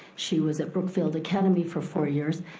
she was at brookfield academy for four years,